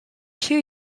two